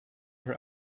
her